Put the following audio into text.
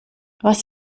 was